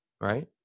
Right